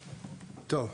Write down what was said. טוב.